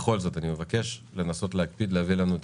בכל זאת אני מבקש לנסות להקפיד להביא לנו את